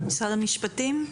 משרד המשפטים?